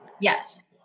Yes